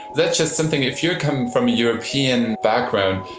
that's just something if you're coming from a european background,